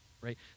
right